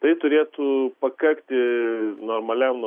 tai turėtų pakakti normaliam